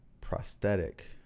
Prosthetic